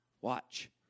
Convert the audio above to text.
Watch